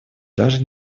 даже